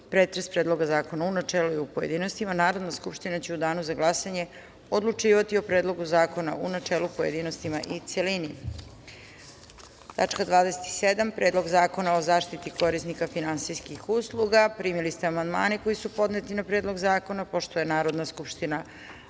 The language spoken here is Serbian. pretres Predloga zakona u načelu i u pojedinostima Narodna skupština će u danu za glasanje odlučivati o Predlogu zakona u načelu, pojedinostima i celini. Tačka 27. – Predlog zakona o zaštiti korisnika finansijskih uslugaPrimili ste amandmane koji su podneti na Predlog zakona. Pošto je Narodna skupština